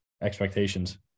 expectations